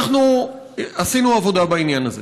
אנחנו עשינו עבודה בעניין הזה.